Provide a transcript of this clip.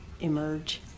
emerge